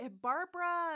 Barbara